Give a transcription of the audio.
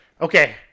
okay